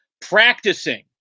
practicing